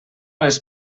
les